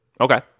Okay